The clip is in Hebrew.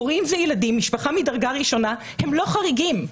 הורים וילדים, משפחה מדרגה ראשונה, הם לא חריגים.